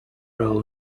row